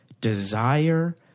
desire